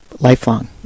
Lifelong